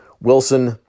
Wilson